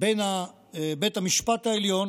בין בית המשפט העליון